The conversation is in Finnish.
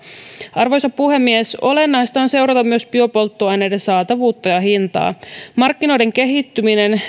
arvoisa puhemies olennaista on seurata myös biopolttoaineiden saatavuutta ja hintaa markkinoiden kehittyminen